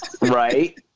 Right